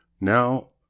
Now